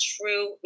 true